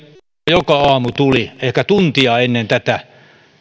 joka aamu tuli ehkä tuntia ennen tätä